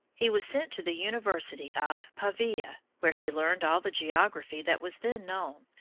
he was sent to the university of pavia, where he learned all the geography that was then known,